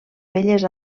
belles